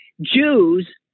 Jews